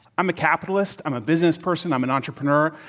i'm a capitalist. i'm a business person. i'm an entrepreneur.